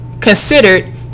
considered